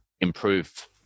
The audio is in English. improve